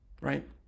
right